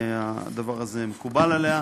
הדבר הזה מקובל עליה,